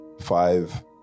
Five